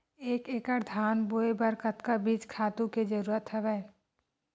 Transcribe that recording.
एक एकड़ धान बोय बर कतका बीज खातु के जरूरत हवय?